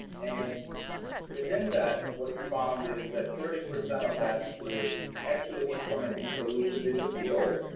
and within that, what we found is that thirty percent of that is actually implementing solutions in the field.